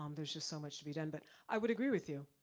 um there's just so much to be done. but i would agree with you,